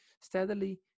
steadily